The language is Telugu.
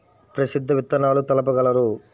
ప్రసిద్ధ విత్తనాలు తెలుపగలరు?